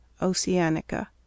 Oceanica